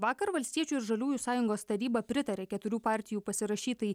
vakar valstiečių ir žaliųjų sąjungos taryba pritarė keturių partijų pasirašytai